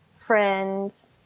friends